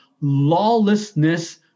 lawlessness